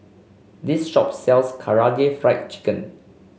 this shop sells Karaage Fried Chicken